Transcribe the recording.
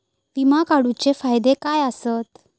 विमा काढूचे फायदे काय आसत?